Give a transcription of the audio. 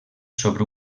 sobre